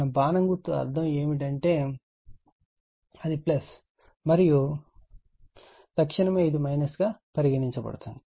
మనము బాణం గుర్తు అర్థం ఏమిటంటే అది మరియు తక్షణమే ఇది గా పరిగణించబడుతుంది